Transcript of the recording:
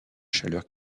chaleur